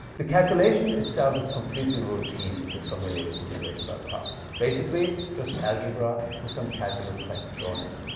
the calculation itself is completely routine if you're familiar with integration by parts. basically just algebra with some calculus facts thrown in.